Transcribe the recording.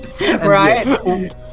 Right